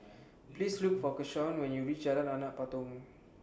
Please Look For Keshaun when YOU REACH Jalan Anak Patong